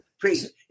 Please